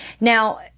Now